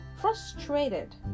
frustrated